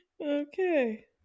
Okay